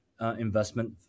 investment